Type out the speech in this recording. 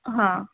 હાં